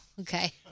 okay